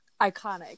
Iconic